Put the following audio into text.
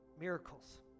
miracles